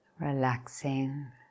Relaxing